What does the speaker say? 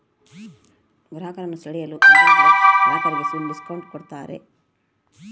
ಗ್ರಾಹಕರನ್ನು ಸೆಳೆಯಲು ಕಂಪನಿಗಳು ಗ್ರಾಹಕರಿಗೆ ಡಿಸ್ಕೌಂಟ್ ಕೂಡತಾರೆ